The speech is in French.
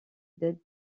datent